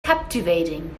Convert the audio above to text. captivating